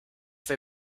they